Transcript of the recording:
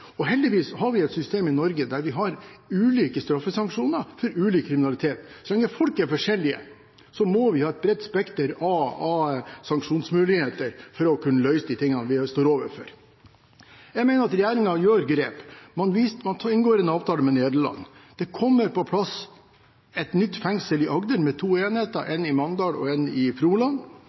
det. Heldigvis har vi et system i Norge der vi har ulike straffesanksjoner for ulik kriminalitet. Så lenge folk er forskjellige, må vi ha et bredt spekter av sanksjonsmuligheter for å kunne løse de tingene vi står overfor. Jeg mener at regjeringen tar grep. Man inngår en avtale med Nederland. Det kommer på plass et nytt fengsel i Agder med to enheter, én i Mandal og én i Froland.